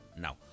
Now